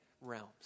realms